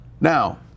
Now